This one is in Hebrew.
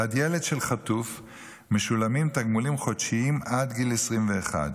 בעד ילד של חטוף משולמים תגמולים חודשיים עד גיל 21,